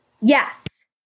Yes